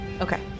Okay